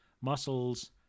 muscles